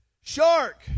Shark